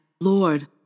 Lord